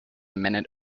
minute